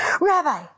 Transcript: Rabbi